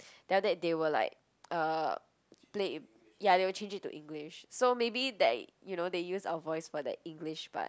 then after that they will like uh play it ya they will change it to English so maybe that you know they use our voice for the English part